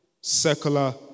secular